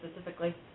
specifically